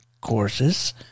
courses